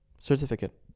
certificate